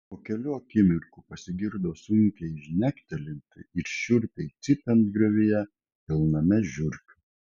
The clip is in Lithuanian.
po kelių akimirkų pasigirdo sunkiai žnektelint ir šiurpiai cypiant griovyje pilname žiurkių